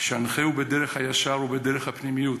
שינחהו בדרך הישר ובדרך הפנימיות.